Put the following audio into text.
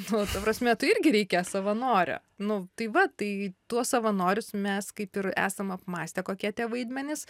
nu ta prasme tu irgi reikia savanorio nu tai va tai tuos savanorius mes kaip ir esam apmąstę kokie tie vaidmenys